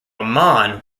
aman